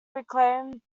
reclaimed